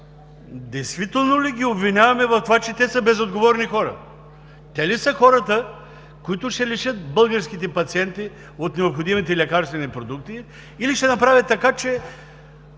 Действително ли ги обвиняваме в това, че те са безотговорни хора? Те ли са хората, които ще лишат българските пациенти от необходимите лекарствени продукти, или ще направят така, че